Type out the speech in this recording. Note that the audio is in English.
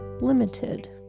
limited